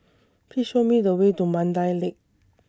Please Show Me The Way to Mandai Lake